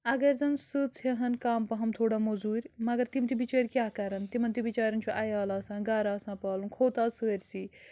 اگر زن سٕژ ہٮ۪ہن کَم پَہم تھوڑا موزوٗرۍ مگر تِم تہِ بِچٲرۍ کیٛاہ کَرن تِمن تہِ بِچٲرٮ۪ن چھُ عیال آسان گَرٕ آسان پالُن کھوٚت آز سٲرسٕے